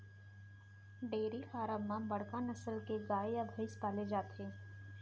dairy farm म बड़का नसल के गाय या भईंस पाले जाथे